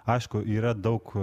aišku yra daug